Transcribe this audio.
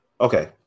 Okay